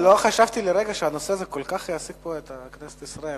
לא חשבתי לרגע שהנושא הזה כל כך יעסיק פה את כנסת ישראל,